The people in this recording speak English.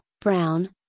Brown